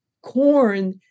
corn